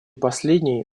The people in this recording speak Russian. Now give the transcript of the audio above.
последней